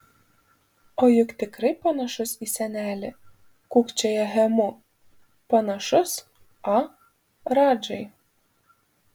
o juk tikrai panašus į senelį kūkčioja hemu panašus a radžai